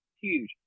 huge